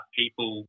people